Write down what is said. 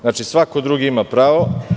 Znači, svako drugi ima pravo.